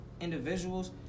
individuals